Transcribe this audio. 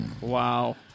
wow